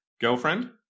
Girlfriend